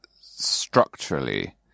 structurally